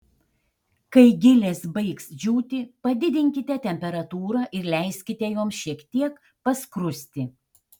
kai gilės baigs džiūti padidinkite temperatūrą ir leiskite joms šiek tiek paskrusti